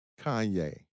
Kanye